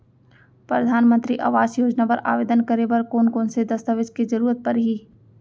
परधानमंतरी आवास योजना बर आवेदन करे बर कोन कोन से दस्तावेज के जरूरत परही?